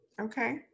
Okay